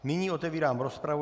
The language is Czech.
Nyní otevírám rozpravu.